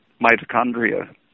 mitochondria